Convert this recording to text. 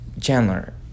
Chandler